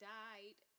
died